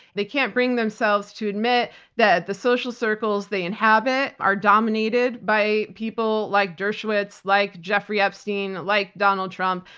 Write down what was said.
they can't bring themselves to admit that the social circles they inhabit are dominated by people like dershowitz, like jeffrey epstein, like donald trump.